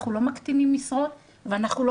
אנחנו לא מקטינים משרות ואנחנו לא